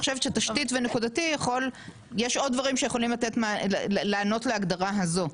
אני חושבת שתשתית ונקודתי יש עוד דברים שיכולים לענות להגדרה הזאת.